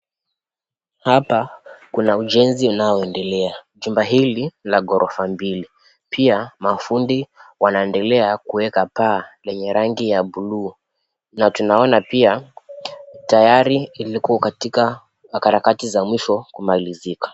Hapa kuna ujenzi unao endelea jumba hili la gorofa mbili pia mafundi wanaendeleaa kuweka paa lenye rangi ya buluu na tunaona pia tayari liko katika harakati za mwisho kumalizika.